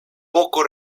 poco